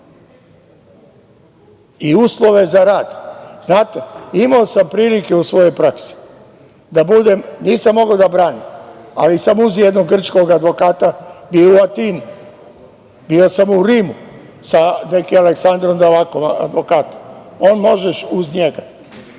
i uslove za rad. Znate, imao sam prilike u svojoj praksi da budem, nisam mogao da branim, ali sam uz jednog grčkog advokata bio u Atini, bio sam u Rimu sa nekim Aleksandrom Devakovom, advokatom, možeš uz njega